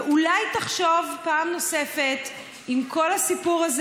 ואולי תחשוב פעם נוספת אם כל הסיפור הזה